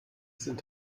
sind